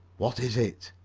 what is it?